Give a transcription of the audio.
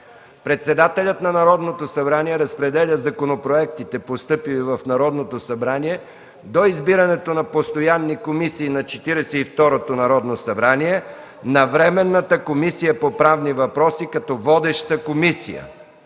Председателят на Народното събрание разпределя законопроектите, постъпили в Народното събрание, до избирането на постоянни комисии на Четиридесет и второто Народно събрание на Временната комисия по правни въпроси като водеща комисия.